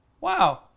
Wow